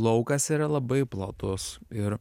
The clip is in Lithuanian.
laukas yra labai platus ir